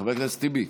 חבר הכנסת טיבי,